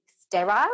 sterile